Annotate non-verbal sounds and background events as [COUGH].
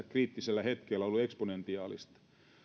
[UNINTELLIGIBLE] kriittisellä hetkellä ollut eksponentiaalista